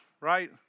right